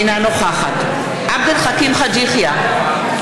אינה נוכחת עבד אל חכים חאג' יחיא,